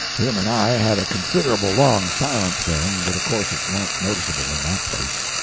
him and i had a considerable long silence, then, but of course it warn't noticeable in that place.